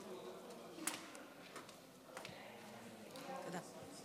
תודה.